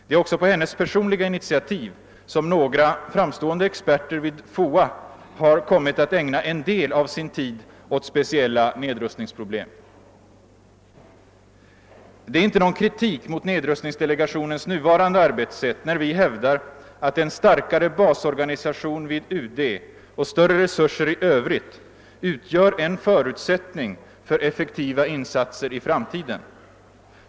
Det är också på hennes personliga initiativ som några framstående experter vid FOA har kommit att ägna en del av sin tid åt speciella nedrustningsproblem. Det innebär inte någon kritik mot nedrustningsdelegationens nuvarande arbetssätt när vi hävdar att en starka re basorganisation vid UD och större resurser i övrigt utgör en förutsättning för effektiva insatser i framtiden.